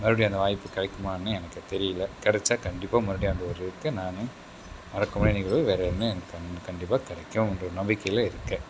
மறுபடியும் அந்த வாய்ப்பு கிடைக்குமான்னு எனக்கு தெரியல கெடைச்சா கண்டிப்பாக மறுபடியும் அந்த ஒரு இதுக்கு நான் மறக்க முடியாத நிகழ்வு வேற என்ன எனக்கு இருக்கு கண்டிப்பாக கிடைக்கும் அப்படீன்ற நம்பிக்கையில் இருக்கேன்